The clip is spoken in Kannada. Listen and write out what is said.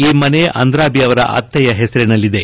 ಈ ಮನೆ ಅಂದ್ರಾಬಿ ಅವರ ಅತ್ತೆಯ ಹೆಸರಿನಲ್ಲಿದೆ